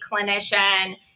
clinician